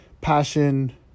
passion